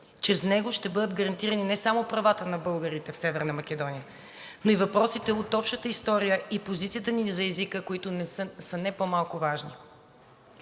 Чрез него ще бъдат гарантирани не само правата на българите в Северна Македония, но и въпросите от общата история и позицията ни за езика, които са не по-малко важни.